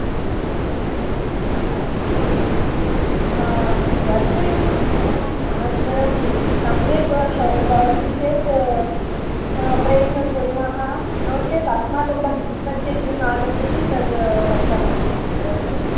ओ अस्तु दर्शयतु प्रथमं अनन्तरं सम्यक् भवति चेत् प्रयत्नं कुर्मः नो चेत् अस्माकं बजेट् मध्ये किं आगच्छति तत् पश्यामः अनन्तरं